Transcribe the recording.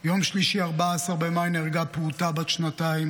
ביום שלישי 14 במאי נהרגה פעוטה בת שנתיים